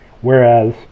whereas